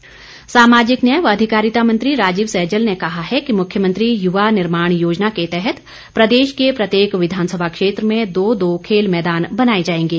सहजल सामाजिक न्याय व अधिकारिता मंत्री राजीव सहजल ने कहा है कि मुख्यमंत्री युवा निर्माण योजना के तहत प्रदेश के प्रत्येक विधानसभा क्षेत्र में दो दो खेल मैदान बनाए जाएंगे